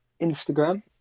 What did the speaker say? Instagram